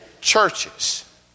churches